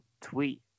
tweet